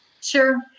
Sure